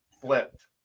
flipped